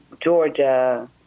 Georgia